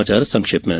कुछ समाचार संक्षेप में